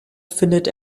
findet